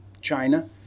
China